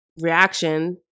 reaction